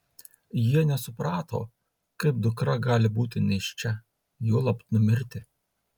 jie nesuprato kaip dukra gali būti nėščia juolab numirti